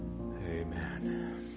Amen